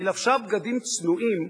היא לבשה בגדים צנועים,